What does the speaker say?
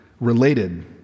related